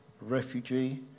Refugee